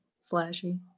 Slashy